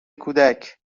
کودک